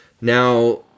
Now